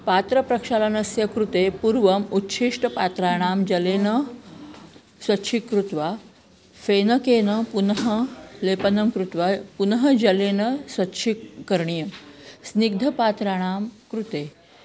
पात्रप्रक्षालनस्य कृते पूर्वम् उच्छिष्टपात्राणि जलेन स्वच्छीकृत्वा फेनकेन पुनः लेपनं कृत्वा पुनः जलेन स्वच्छीकरणीयं स्निग्धपात्राणां कृते